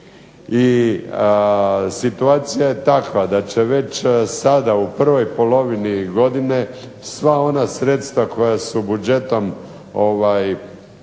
I situacija je takva da će već sada u prvoj polovini godine sva ona sredstva koja su budžetom